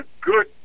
good